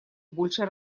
большее